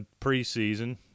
preseason